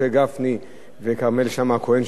משה גפני וכרמל שאמה-הכהן,